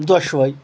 دۄشوٕے